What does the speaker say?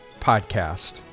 podcast